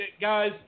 guys